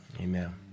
Amen